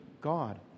God